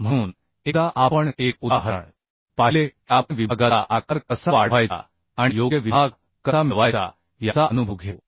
तरएकदा आपण एक उदाहरण पाहिले की आपण विभागाचा आकार कसा वाढवायचा आणि योग्य विभाग कसा मिळवायचा याचा अनुभव घेऊ